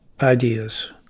ideas